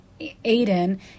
Aiden